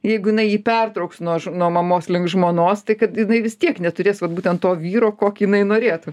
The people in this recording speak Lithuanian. jeigu jinai jį pertrauks nuo nuo mamos link žmonos tai kad jinai vis tiek neturės vat būtent to vyro kokį jinai norėtų